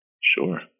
Sure